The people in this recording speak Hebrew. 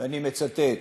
ואני מצטט: